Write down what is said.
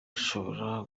ashobora